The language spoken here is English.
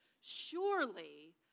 Surely